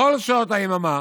בכל שעות היממה,